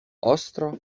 ostro